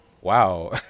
Wow